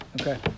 Okay